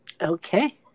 Okay